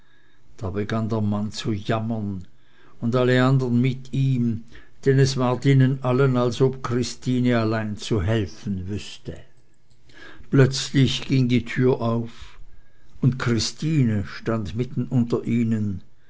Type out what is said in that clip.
da begann der mann zu jammern und alle andern mit ihm denn es ward ihnen allen als ob christine allein zu helfen wüßte plötzlich ging die türe auf und christine stand mitten unter ihnen